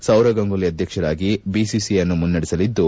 ಸೌರವ್ ಗಂಗೂಲಿ ಆಧ್ಯಕ್ಷರಾಗಿ ಬಿಟಿಸಿಐ ಅನ್ನು ಮುನ್ನಡೆಸಲಿದ್ದು